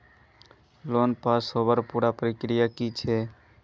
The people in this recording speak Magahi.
लोन पास होबार पुरा प्रक्रिया की छे?